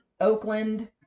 Oakland